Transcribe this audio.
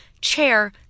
Chair